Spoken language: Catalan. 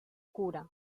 cura